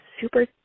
super